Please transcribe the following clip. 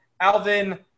Alvin